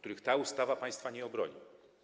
Ta ustawa państwa nie obroni.